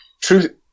truth